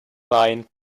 line